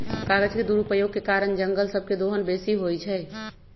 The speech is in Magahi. कागज के दुरुपयोग के कारण जङगल सभ के दोहन बेशी होइ छइ